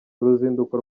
uruzinduko